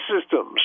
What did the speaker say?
systems